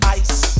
ice